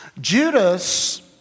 Judas